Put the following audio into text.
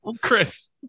chris